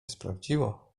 sprawdziło